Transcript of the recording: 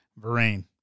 Varane